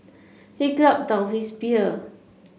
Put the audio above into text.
he gulped down his beer